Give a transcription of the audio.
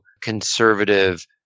conservative